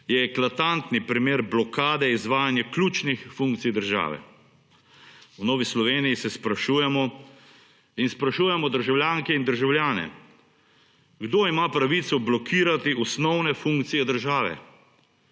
je eklatantni primer blokade izvajanja ključnih funkcij države. V Novi Sloveniji se sprašujemo in sprašujemo državljanke in državljane, kdo ima pravico blokirati osnovne funkcije države.